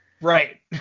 right